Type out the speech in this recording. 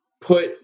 put